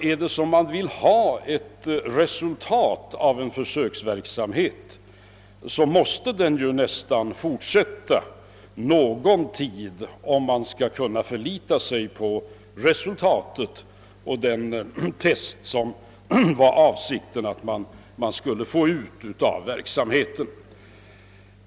Vill man ha ett resultat av en försöksverksamhet, på vilket man skall kunna förlita sig, måste man ju också låta verksamheten fortgå någon tid.